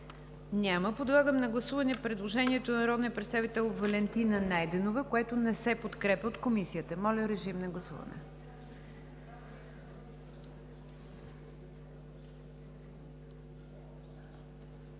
Няма. Подлагам на гласуване предложението на народния представител Валентина Найденова, което не се подкрепя от Комисията. Гласували